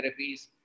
therapies